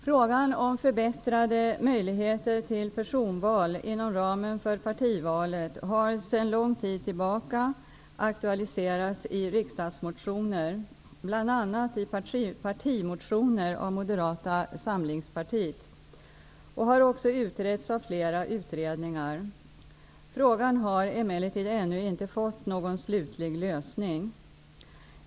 Frågan om förbättrade möjligheter till personval inom ramen för partivalet har sedan lång tid tillbaka aktualiserats i riksdagsmotioner -- bl.a. i partimotioner av Moderata samlingspartiet -- och har också utretts av flera utredningar; frågan har emellertid ännu inte fått någon slutlig lösning.